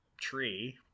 tree